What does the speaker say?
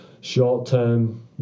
short-term